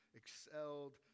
excelled